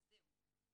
וזהו.